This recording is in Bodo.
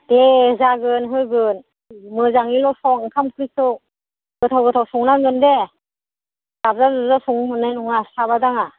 दे जागोन होगोन मोजाङैल' सं ओंखाम ओंख्रिखौ गोथाव गोथाव संनांगोन दे जाजाब जुजाब संनो मोननाय नङा साबा दाङा